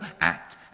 act